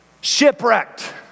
Shipwrecked